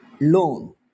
loan